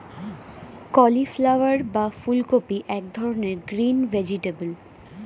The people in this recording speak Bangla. কলিফ্লাওয়ার বা ফুলকপি এক ধরনের গ্রিন ভেজিটেবল